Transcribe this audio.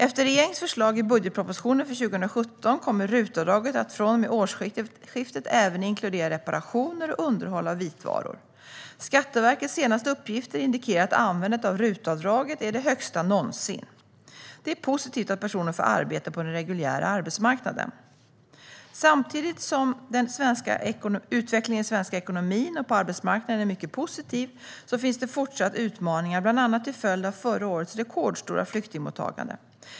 Efter regeringens förslag i budgetpropositionen för 2017 kommer RUT-avdraget från och med årsskiftet att även inkludera reparationer och underhåll av vitvaror. Skatteverkets senaste uppgifter indikerar att användandet av RUT-avdraget är det högsta någonsin. Det är positivt att personer får arbete på den reguljära arbetsmarknaden. Samtidigt som utvecklingen i den svenska ekonomin och på arbetsmarknaden är mycket positiv finns det även i fortsättningen utmaningar bland annat till följd av förra årets rekordstora flyktingmottagande.